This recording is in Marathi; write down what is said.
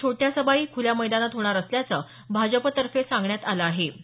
या छोट्या सभाही खुल्या मैदानात होणार असल्याचं भाजपतर्फे सांगण्यात आलं आहे